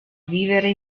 vivere